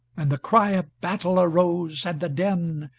and the cry of battle arose, and the din,